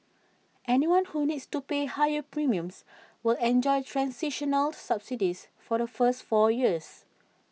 anyone who needs to pay higher premiums will enjoy transitional subsidies for the first four years